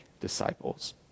disciples